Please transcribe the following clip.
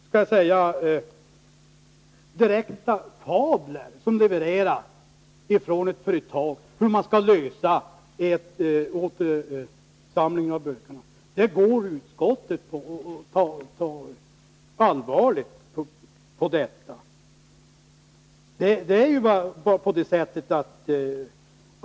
Sådana direkta fabler som levereras från ett företag om hur man skall lösa frågan om återuppsamling av burkarna tar utskottet på allvar.